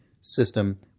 system